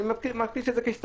אני מכניס את זה כהסתייגות,